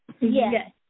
Yes